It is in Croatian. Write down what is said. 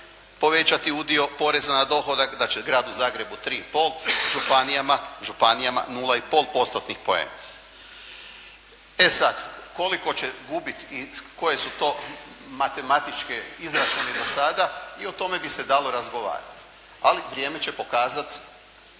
povećati udio poreza na dohodak, da će gradu Zagrebu 3,5, županijama 0,5 postotnih poena. E sad, koliko će gubiti i koje su to matematički izračuni do sada i o tome bi se dalo razgovarati, ali vrijeme će pokazati